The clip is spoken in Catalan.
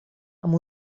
amb